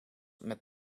met